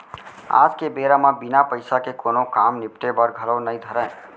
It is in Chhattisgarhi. आज के बेरा म बिना पइसा के कोनों काम निपटे बर घलौ नइ धरय